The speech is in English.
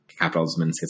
Capitalism